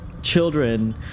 children